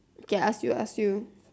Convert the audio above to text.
k ask you ask you